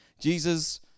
Jesus